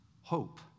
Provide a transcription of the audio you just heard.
hope